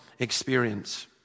Experience